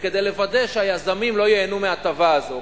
וכדי לוודא שהיזמים לא ייהנו מההטבה הזאת,